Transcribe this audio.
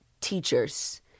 teachers